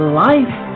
life